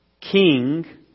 king